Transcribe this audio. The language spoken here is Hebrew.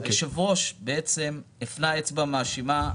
היושב-ראש בעצם הפנה אצבע מאשימה כלפינו.